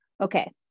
okay